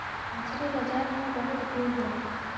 मछरी बाजार में बहुत भीड़ होला